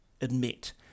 admit